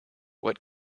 what